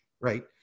right